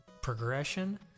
progression